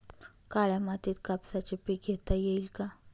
काळ्या मातीत कापसाचे पीक घेता येईल का?